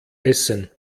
essen